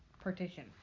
partition